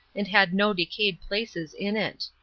and had no decayed places in it.